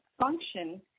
function